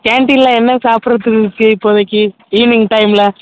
கேன்டீனில் என்ன சாப்பிட்றதுக்கு இருக்குது இப்போதக்கு ஈவினிங் டைமில்